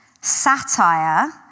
satire